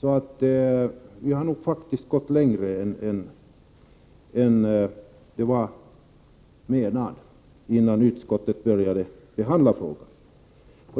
Vi har därmed gått längre än vad som var meningen innan utskottet började att behandla frågan.